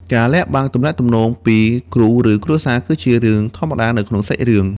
ការលាក់បាំងទំនាក់ទំនង ពីគ្រូឬគ្រួសារគឺជារឿងធម្មតានៅក្នុងសាច់រឿង។